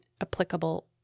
applicable